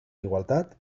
igualtat